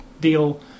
deal